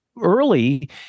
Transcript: early